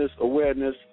Awareness